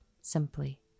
simply